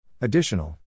Additional